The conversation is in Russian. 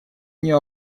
нее